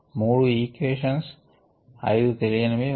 3 equations 5 తెలియనివి ఉన్నాయి